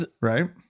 right